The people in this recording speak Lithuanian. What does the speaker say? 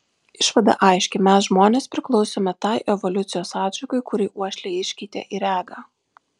išvada aiški mes žmonės priklausome tai evoliucijos atšakai kuri uoslę iškeitė į regą